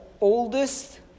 oldest